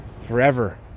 forever